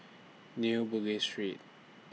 New Bugis Street